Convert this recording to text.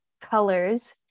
colors